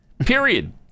Period